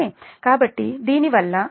కాబట్టి దీనివల్ల 1 Sec2 అంటే Sec Sec